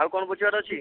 ଆଉ କ'ଣ ବୁଝିବାର ଅଛି